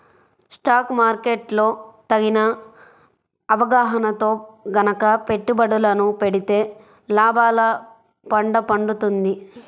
stock market లో తగిన అవగాహనతో గనక పెట్టుబడులను పెడితే లాభాల పండ పండుతుంది